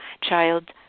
child